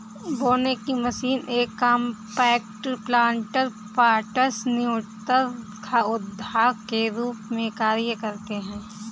बोने की मशीन ये कॉम्पैक्ट प्लांटर पॉट्स न्यूनतर उद्यान के रूप में कार्य करते है